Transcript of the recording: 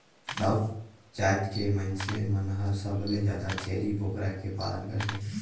राउत जात के मइनसे मन हर सबले जादा छेरी बोकरा के पालन करथे